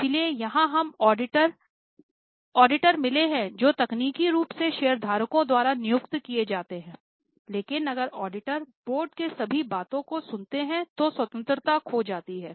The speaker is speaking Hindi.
इसलिए यहां हमें ऑडिटर मिले हैं जो तकनीकी रूप से शेयरधारकों द्वारा नियुक्त किए जाते हैं लेकिन अगर ऑडिटर बोर्ड की सभी बातों को सुनते हैं तो स्वतंत्रता खो जाती है